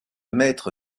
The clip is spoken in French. maître